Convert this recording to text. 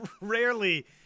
rarely